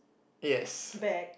yes